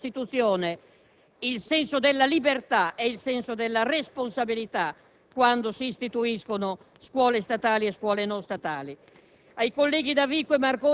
Quello che importa, infatti, sono i risultati, i risultati di qualità; posto che abbiamo già riconosciuto, sulla scia della Costituzione,